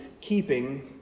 keeping